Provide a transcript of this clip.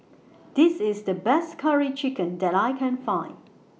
This IS The Best Curry Chicken that I Can Find